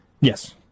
Yes